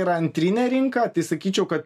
yra antrinė rinka tai sakyčiau kad